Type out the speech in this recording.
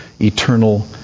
eternal